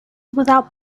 without